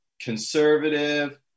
conservative